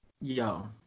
yo